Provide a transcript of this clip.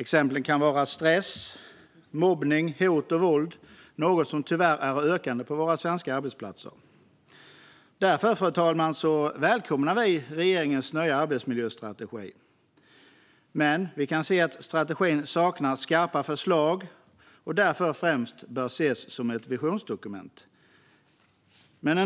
Exempel kan vara stress, mobbning, hot och våld - något som tyvärr ökar på våra svenska arbetsplatser. Därför, fru talman, välkomnar vi regeringens nya arbetsmiljöstrategi. Men vi kan se att strategin saknar skarpa förslag och därför främst bör ses som ett visionsdokument. Vi delar